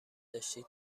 داشتید